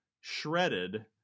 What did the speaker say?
shredded